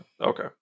Okay